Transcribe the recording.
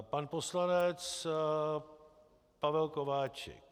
Pan poslanec Pavel Kováčik.